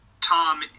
Tom